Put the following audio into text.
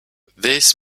this